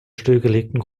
stillgelegten